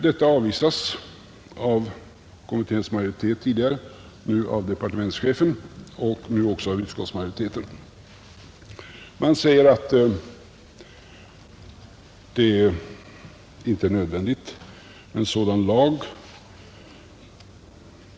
Detta har tidigare avvisats av kommitténs majoritet och nu även av departementschefen och utskottsmajoriteten. Man säger att det inte är nödvändigt med en sådan lag.